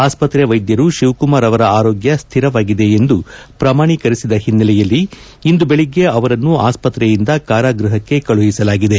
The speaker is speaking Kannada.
ಆಸ್ತತ್ರೆ ವೈದ್ಯರು ಶಿವಕುಮಾರ್ ಅವರ ಆರೋಗ್ಯ ಶ್ಥಿರವಾಗಿದೆ ಎಂದು ಪ್ರಮಾಣೇಕರಿಸಿದ ಹಿನ್ನೆಲೆಯಲ್ಲಿ ಇಂದು ಬೆಳಗ್ಗೆ ಅವರನ್ನು ಆಸ್ಪತ್ರೆಯಿಂದ ಕಾರಾಗ್ಯಪಕ್ಕೆ ಕಳುಹಿಸಲಾಗಿದೆ